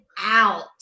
out